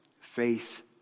faith